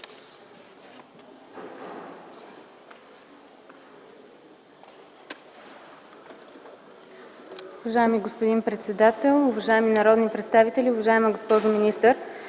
Уважаеми господин председател, уважаеми народни представители, уважаема госпожо министър.